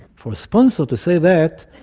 for a sponsor to say that,